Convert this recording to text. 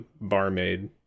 barmaid